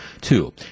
two